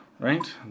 right